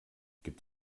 gibt